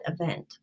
event